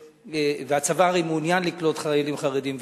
והצבא הרי מעוניין לקלוט חיילים חרדים,